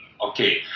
Okay